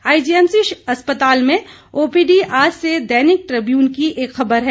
IGMC अस्पताल में OPD आज से दैनिक ट्रिब्यून की खबर है